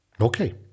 Okay